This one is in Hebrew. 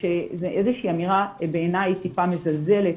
זו אמירה שהיא בעיני טיפה מזלזלת.